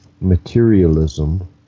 materialism